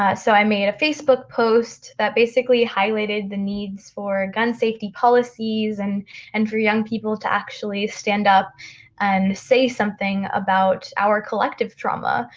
ah so i made a facebook post that basically highlighted the needs for gun safety policies and and for young people to actually stand up and say something about our collective trauma,